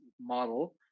model